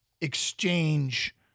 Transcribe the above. exchange